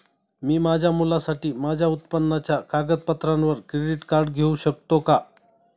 मी माझ्या मुलासाठी माझ्या उत्पन्नाच्या कागदपत्रांवर क्रेडिट कार्ड घेऊ शकतो का?